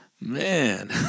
Man